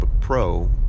Pro